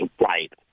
Right